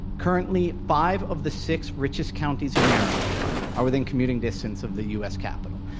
currently, five of the six richest counties in america are within commuting distance of the u. s. capital.